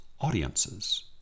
audiences